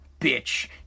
bitch